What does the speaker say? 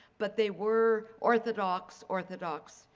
but they were orthodox, orthodox,